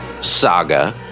saga